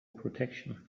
protection